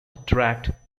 attract